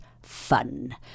Fun